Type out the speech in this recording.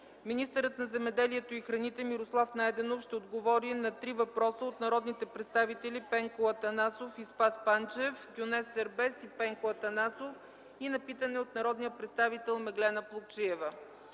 Министърът на земеделието и храните Мирослав Найденов ще отговори на три въпроса от народните представители Пенко Атанасов и Спас Панчев, Гюнер Сербест и Пенко Атанасов и на питане от народния представител Меглена Плугчиева.